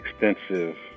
extensive